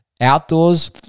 Outdoors